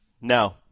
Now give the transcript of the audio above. No